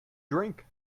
drink